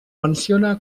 menciona